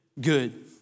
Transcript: Good